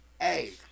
Hey